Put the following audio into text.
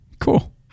cool